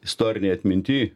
istorinėj atminty